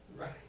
Right